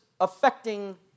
affecting